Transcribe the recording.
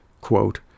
Quote